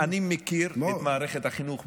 אני אומר דבר כזה, אני מכיר את מערכת החינוך.